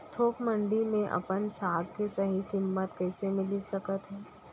थोक मंडी में अपन साग के सही किम्मत कइसे मिलिस सकत हे?